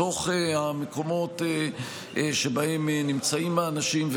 בתוך המקומות שבהם נמצאים האנשים,